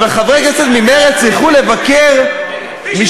אבל שחברי כנסת ממרצ ילכו לבקר משפחה,